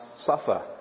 suffer